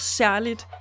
særligt